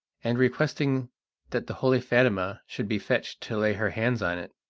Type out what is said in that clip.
and requesting that the holy fatima should be fetched to lay her hands on it.